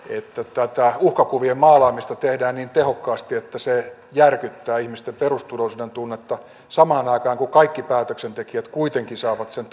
tätä uhkakuvien maalaamista tehdään niin tehokkaasti että se järkyttää ihmisten perusturvallisuuden tunnetta samaan aikaan kun kaikki päätöksentekijät kuitenkin saavat sen